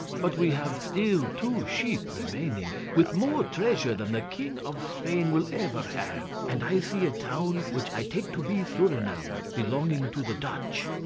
but we have still two sheep remaining, with more treasure than the king of spain will ever have and i see a town which i take to be surinam, belonging to the dutch.